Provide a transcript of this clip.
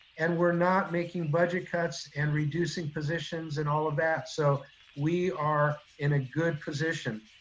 and we're not making budget cuts and reducing positions and all of that. so we are in a good position.